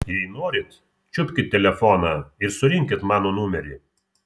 jei norit čiupkit telefoną ir surinkit mano numerį